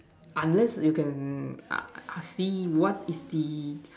unless you can uh see what is the